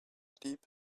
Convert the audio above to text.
deep